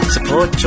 Support